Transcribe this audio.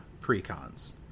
Precons